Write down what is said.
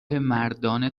مردان